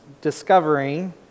discovering